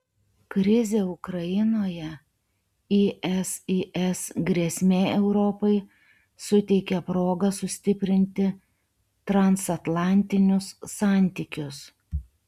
krizė ukrainoje isis grėsmė europai suteikia progą sustiprinti transatlantinius santykius